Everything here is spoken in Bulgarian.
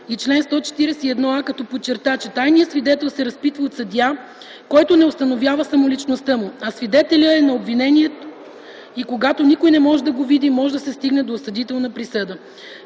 и чл. 141а като подчерта, че тайният свидетел се разпитва от съдия, който не установява самоличността му, а свидетелят е на обвинението и когато никой не може да го види, може да се стигне до осъдителна присъда.